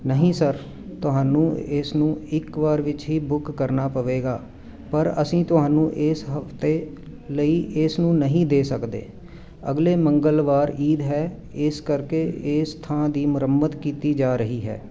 ਨਹੀਂ ਸਰ ਤੁਹਾਨੂੰ ਇਸਨੂੰ ਇੱਕ ਵਾਰ ਵਿੱਚ ਹੀ ਬੁੱਕ ਕਰਨਾ ਪਵੇਗਾ ਪਰ ਅਸੀਂ ਤੁਹਾਨੂੰ ਇਸ ਹਫ਼ਤੇ ਲਈ ਇਸ ਨੂੰ ਨਹੀਂ ਦੇ ਸਕਦੇ ਅਗਲੇ ਮੰਗਲਵਾਰ ਈਦ ਹੈ ਇਸ ਕਰਕੇ ਇਸ ਥਾਂ ਦੀ ਮੁਰੰਮਤ ਕੀਤੀ ਜਾ ਰਹੀ ਹੈ